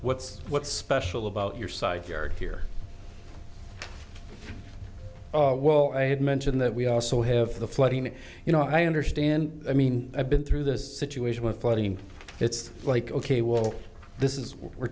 what's what's special about your side yard here well i had mentioned that we also have the flooding you know i understand i mean i've been through this situation with flooding and it's like ok well this is w